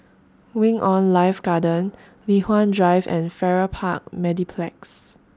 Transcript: Wing on Life Garden Li Hwan Drive and Farrer Park Mediplex